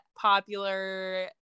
popular